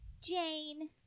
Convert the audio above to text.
Jane